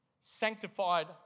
sanctified